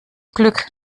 glück